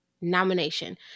nomination